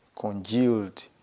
congealed